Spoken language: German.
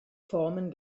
formen